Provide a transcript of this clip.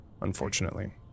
unfortunately